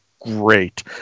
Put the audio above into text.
great